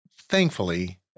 thankfully